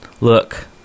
look